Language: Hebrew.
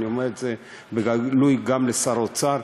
ואני אומר את זה בגלוי גם לשר האוצר,